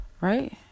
Right